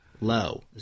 low